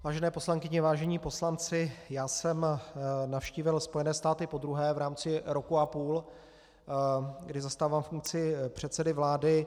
Vážené poslankyně, vážení poslanci, já jsem navštívil Spojené státy podruhé v rámci roku a půl, kdy zastávám funkci předsedy vlády.